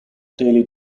daily